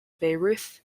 bayreuth